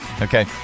Okay